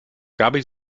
gaby